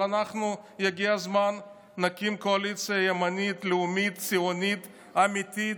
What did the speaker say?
אבל יגיע הזמן שנקים קואליציה ימנית לאומי ציונית אמיתית,